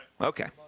Okay